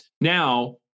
Now